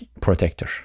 protector